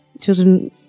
children